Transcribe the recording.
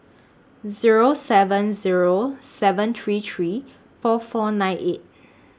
Zero seven Zero seven three three four four nine eight